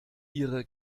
ihre